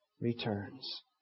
returns